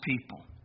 people